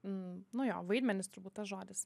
nu jo vaidmenys turbūt tas žodis